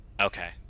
Okay